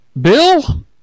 Bill